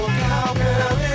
cowgirl